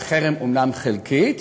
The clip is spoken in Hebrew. וחרם אומנם חלקי,